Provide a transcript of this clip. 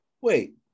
Wait